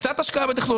לא.